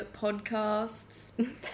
Podcasts